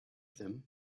them